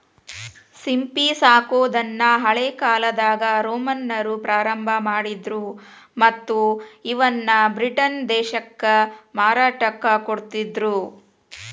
ಸಿಂಪಿ ಸಾಕೋದನ್ನ ಹಳೇಕಾಲ್ದಾಗ ರೋಮನ್ನರ ಪ್ರಾರಂಭ ಮಾಡಿದ್ರ ಮತ್ತ್ ಇವನ್ನ ಬ್ರಿಟನ್ ದೇಶಕ್ಕ ಮಾರಾಟಕ್ಕ ಕೊಡ್ತಿದ್ರು